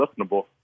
listenable